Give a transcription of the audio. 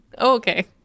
Okay